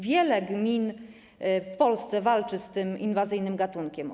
Wiele gmin w Polsce walczy z tym inwazyjnym gatunkiem.